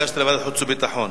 החוץ והביטחון.